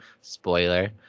Spoiler